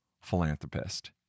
philanthropist